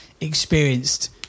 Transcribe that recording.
experienced